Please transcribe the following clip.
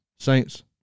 Saints